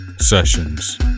Sessions